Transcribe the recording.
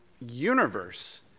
universe